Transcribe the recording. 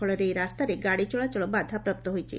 ଫଳରେ ଏହି ରାସ୍ତାରେ ଗାଡ଼ିଚଳାଚଳ ବାଧାପ୍ରାପ୍ତ ହୋଇଛି